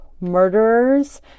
murderers